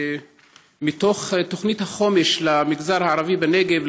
מתוך תוכנית החומש למגזר הערבי בנגב,